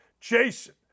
Jason